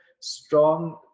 strong